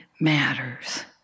matters